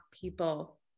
people